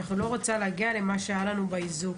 אני לא רוצה להגיע למה שהיה לנו באיזוק.